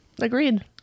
agreed